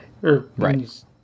Right